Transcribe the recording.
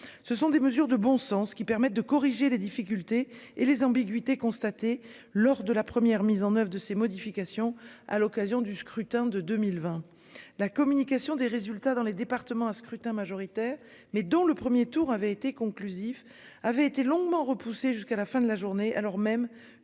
Ce sont des mesures de bon sens qui permettent de corriger les difficultés et les ambiguïtés constatées lors de la première mise en oeuvre de ces modifications à l'occasion du scrutin de 2020. La communication des résultats dans les départements à scrutin majoritaire mais dont le 1er tour avait été conclusif avait été longuement repoussé jusqu'à la fin de la journée, alors même